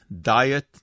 diet